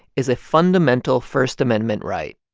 is a fundamental first amendment right